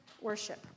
worship